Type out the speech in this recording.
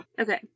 Okay